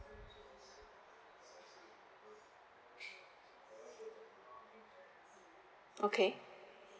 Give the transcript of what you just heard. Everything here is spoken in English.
okay